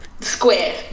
Square